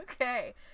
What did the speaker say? Okay